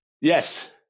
Yes